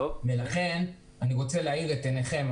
אני רוצה להאיר את עיניכם.